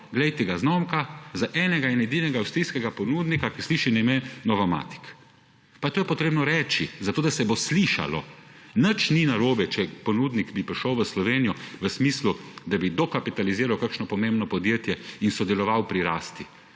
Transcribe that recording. glejte ga, zlomka, za enega in edinega avstrijskega ponudnika, ki sliši na ime Novomatic. To je potrebno reči, zato da se bo slišalo. Nič ni narobe, če bi ponudnik prišel v Slovenijo v smislu, da bi dokapitaliziral kakšno pomembno podjetje in sodeloval pri rasti.